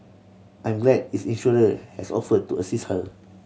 I'm glad its insurer has offered to assist her